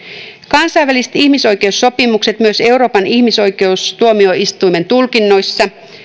kansainväliset ihmisoikeussopimukset myös euroopan ihmisoikeustuomioistuimen tulkintojen mukaan